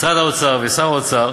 משרד האוצר ושר האוצר